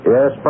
Yes